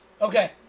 Okay